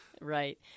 Right